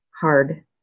hard